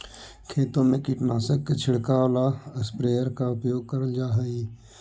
खेतों में कीटनाशक के छिड़काव ला स्प्रेयर का उपयोग करल जा हई